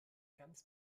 ganz